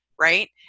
Right